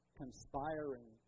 conspiring